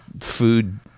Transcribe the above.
food